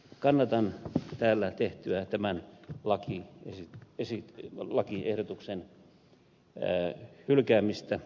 kannatan täällä tehtyä tämän lakiehdotuksen hylkäämisehdotusta